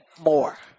More